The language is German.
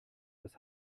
das